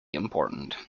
important